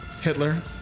Hitler